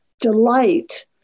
delight